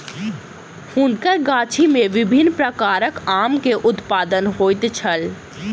हुनकर गाछी में विभिन्न प्रकारक आम के उत्पादन होइत छल